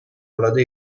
العاده